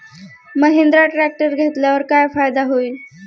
Mahindra tractor घेतल्यावर काय फायदा होईल?